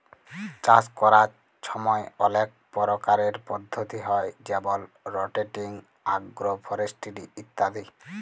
চাষ ক্যরার ছময় অলেক পরকারের পদ্ধতি হ্যয় যেমল রটেটিং, আগ্রো ফরেস্টিরি ইত্যাদি